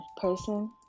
person